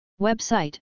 Website